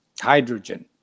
hydrogen